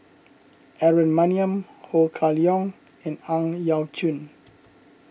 Aaron Maniam Ho Kah Leong and Ang Yau Choon